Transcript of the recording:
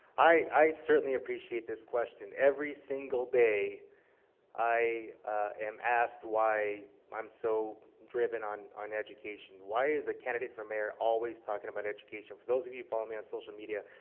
i certainly appreciate this question. every single day i am asked why i'm so driven on on education. why is the candidate for mayor always talking about education? for those of you who follow me on social media,